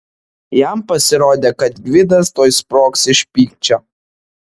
jam pasirodė kad gvidas tuoj sprogs iš pykčio